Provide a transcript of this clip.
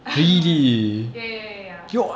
ya ya ya ya